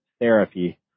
therapy